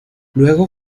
luego